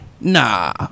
Nah